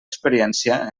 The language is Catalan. experiència